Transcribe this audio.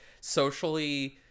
socially